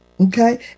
Okay